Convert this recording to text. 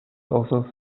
also